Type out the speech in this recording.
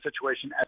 situation